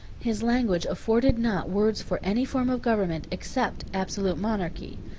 his language afforded not words for any form of government, except absolute monarchy.